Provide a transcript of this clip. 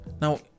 Now